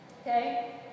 Okay